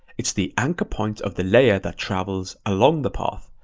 it's the anchor points of the layer that travels along the path.